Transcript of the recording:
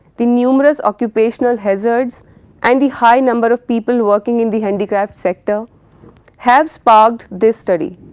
the numerous occupational hazards and the high number of people working in the handicraft sector have sparked this study.